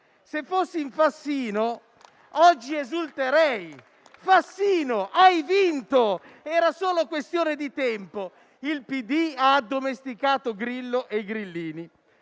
Se fossi in Fassino, oggi esulterei. Fassino, hai vinto! Era solo questione di tempo: il PD ha addomesticato Grillo e i grillini.